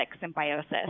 symbiosis